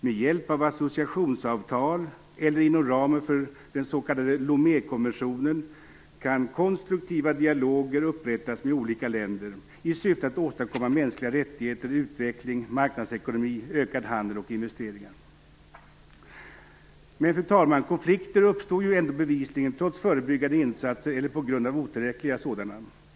Med hjälp av associationsavtal eller inom ramen för den s.k. Lomékonventionen kan konstruktiva dialoger upprättas med olika länder i syfte att åstadkomma mänskliga rättigheter, utveckling, marknadsekonomi, ökad handel och investeringar. Fru talman! Konflikter uppstår ju ändå bevisligen, trots förebyggande insatser eller på grund av otillräckliga sådana.